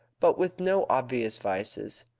but with no obvious vices.